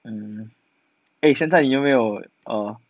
mm eh 现在你有没有 err